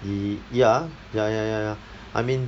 ye~ ya ya ya ya I mean